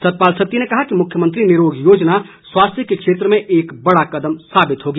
सतपाल सत्ती ने कहा कि मुख्यमंत्री निरोग योजना स्वास्थ्य के क्षेत्र में एक बड़ा कदम साबित होगी